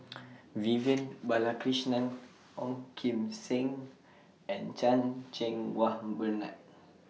Vivian Balakrishnan Ong Kim Seng and Chan Cheng Wah Bernard